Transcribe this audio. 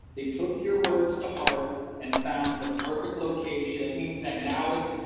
they took your words to heart and found the perfect location i mean fact analysis.